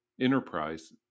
enterprise